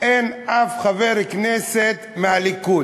אין אף חבר כנסת מהליכוד.